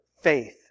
faith